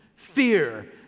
Fear